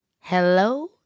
Hello